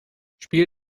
spiel